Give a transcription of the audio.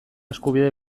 eskubide